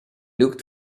looked